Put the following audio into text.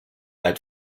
had